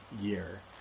year